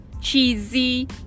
cheesy